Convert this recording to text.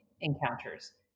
encounters